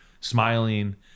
smiling